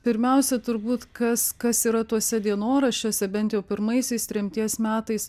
pirmiausia turbūt kas kas yra tuose dienoraščiuose bent jau pirmaisiais tremties metais